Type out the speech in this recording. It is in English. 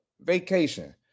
vacation